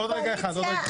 עוד רגע אחד.